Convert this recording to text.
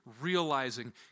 realizing